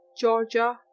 Georgia